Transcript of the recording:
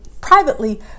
privately